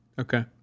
okay